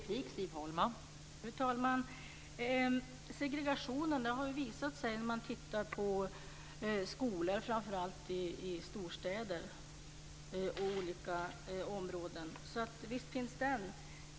Fru talman! Man har funnit segregation när man har tittat på skolor framför allt i vissa områden i storstäder. Visst finns den.